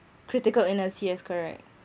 critical illness yes correct